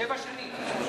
שבע שנים.